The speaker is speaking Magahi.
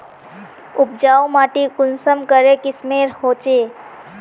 उपजाऊ माटी कुंसम करे किस्मेर होचए?